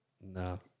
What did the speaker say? no